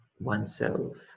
oneself